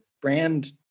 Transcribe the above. brand